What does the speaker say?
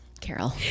Carol